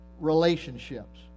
relationships